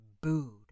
booed